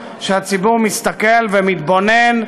שהציבור מסתכל ומתבונן,